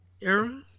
era